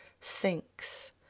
sinks